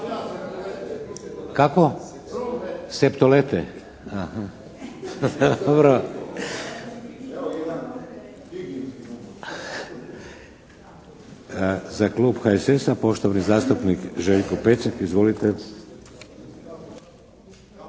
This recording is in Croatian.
Kako? Septolete. Za klub HSS-a, poštovani zastupnik Željko Pecek. Izvolite.